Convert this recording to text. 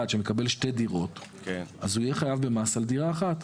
שמקבל שתי דירות וחייב במס על דירה אחת.